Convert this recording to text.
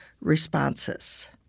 responses